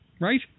Right